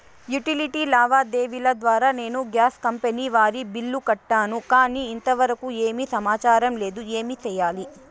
Utility లావాదేవీల ద్వారా నేను గ్యాస్ కంపెని వారి బిల్లు కట్టాను కానీ ఇంతవరకు ఏమి సమాచారం లేదు, ఏమి సెయ్యాలి?